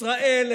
ישראל,